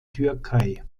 türkei